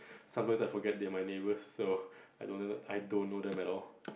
sometimes I forgot their my neighbours so I don't I don't know them at all